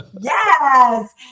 Yes